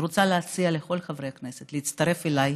אני רוצה להציע לכל חברי הכנסת להצטרף אליי